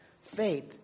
Faith